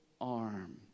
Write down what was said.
arm